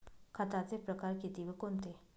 खताचे प्रकार किती व कोणते?